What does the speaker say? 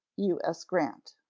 u s. grant.